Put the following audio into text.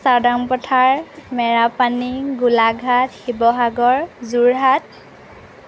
Chaudang Pathar Merapani Golaghat Sivasagar Jorhat